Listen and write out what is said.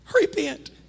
Repent